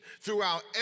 throughout